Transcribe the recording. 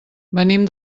venim